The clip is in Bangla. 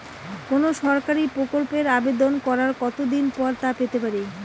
কোনো সরকারি প্রকল্পের আবেদন করার কত দিন পর তা পেতে পারি?